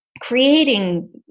creating